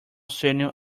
senior